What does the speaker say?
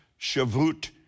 Shavuot